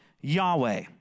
Yahweh